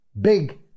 big